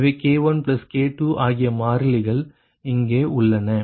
எனவே K1 K2 ஆகிய மாறிலிகள் இங்கே உள்ளன